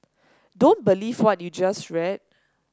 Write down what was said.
don't believe what you just read